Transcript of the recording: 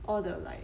all the like